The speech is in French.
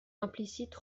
implicite